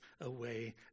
away